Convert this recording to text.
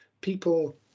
people